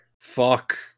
Fuck